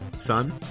son